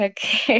Okay